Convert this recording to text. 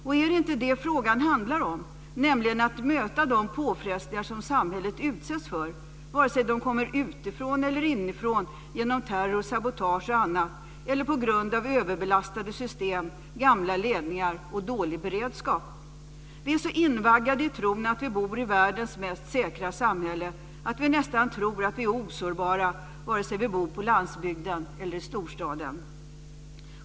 Och är det inte det frågan handlar om, nämligen att möta de påfrestningar som samhället utsätts för vare sig de kommer utifrån eller inifrån genom terror, sabotage och annat eller på grund av överbelastade system, gamla ledningar och dålig beredskap? Vi är så invaggade i tron att vi bor i världens mest säkra samhälle att vi nästan tror att vi är osårbara vare sig vi bor på landsbygden eller i storstaden.